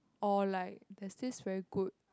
or like there's this very good